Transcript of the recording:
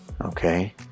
okay